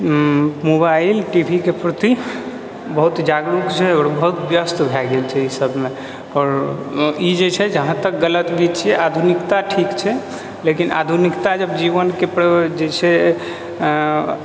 mobile T V के प्रति बहुत जागरूक छै आओर बहुत व्यस्त भए गेल छै ई सबमे आओर ई जे छै जहाँ तक गलत भी छिऐ आधुनिकता ठीक छै लेकिन आधुनिकता जब जीवनके प्रवृति जे छै